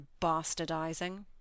bastardizing